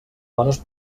dones